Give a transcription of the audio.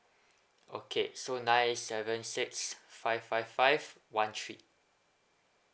okay so nine seven six five five five one three